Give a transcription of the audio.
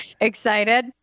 excited